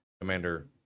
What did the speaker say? commander